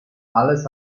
alles